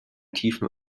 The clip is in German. tiefen